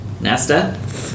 Nasta